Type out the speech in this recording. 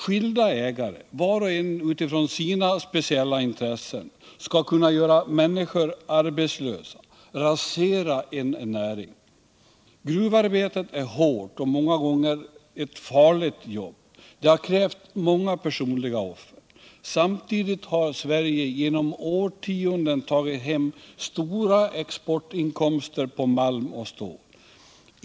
Skilda ägare skall inte, var och en utifrån sina speciella intressen, kunna göra människor arbetslösa, rasera en näring. Gruvarbetet är hårt och många gånger ett farligt jobb. Det har krävt många personliga offer. Samtidigt har Sverige genom årtionden tagit hem stora exportinkomster på malm och stål.